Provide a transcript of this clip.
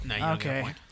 Okay